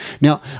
Now